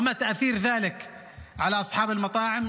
ומה ההשפעות של זה על בעלי המסעדות,